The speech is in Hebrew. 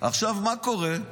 עכשיו, מה קורה?